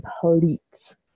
complete